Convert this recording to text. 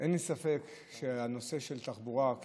אין לי ספק שהנושא של תחבורה ציבורית,